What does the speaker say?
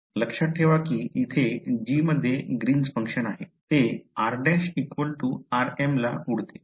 लक्षात ठेवा की येथे g मध्ये ग्रीन्स फंक्शन आहे ते r' rm ला उडते